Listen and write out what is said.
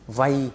vay